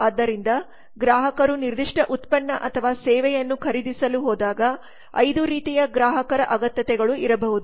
ಆದ್ದರಿಂದ ಗ್ರಾಹಕರು ನಿರ್ದಿಷ್ಟ ಉತ್ಪನ್ನ ಅಥವಾ ಸೇವೆಯನ್ನು ಖರೀದಿಸಲು ಹೋದಾಗ 5 ರೀತಿಯ ಗ್ರಾಹಕರ ಅಗತ್ಯತೆಗಳು ಇರಬಹುದು